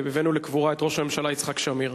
הבאנו לקבורה את ראש הממשלה יצחק שמיר,